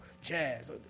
jazz